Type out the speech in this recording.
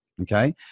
okay